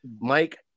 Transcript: Mike